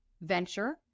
venture